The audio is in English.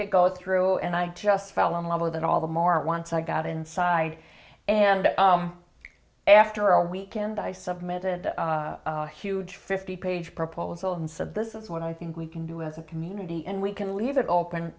to go through and i just fell in love with it all the more once i got inside and after a weekend i submitted huge fifty page proposal and said this is what i think we can do as a community and we can leave that open